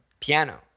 piano